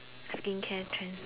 skincare tre